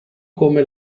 come